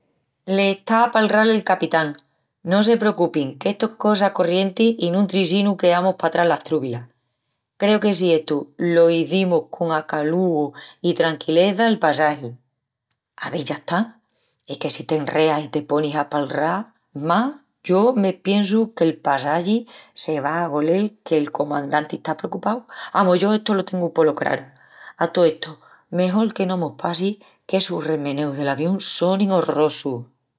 Les está a palral el capitán. No se precupin qu’estu es cosa corrienti i nun trisinu queamus patrás las trúbilas. Creu que si estu lo izimus con acalugu i tranquileza el passagi. Ave, i yasta. Es que si t'enreas i te ponis a palral más yo me piensu que'l passagi se va a golel que'l comandanti está precupau. Amus, yo estu lo tengu polo craru. A tó estu, mejol que no mos passi, qu'essus remeneus del avión sonin orrorosus.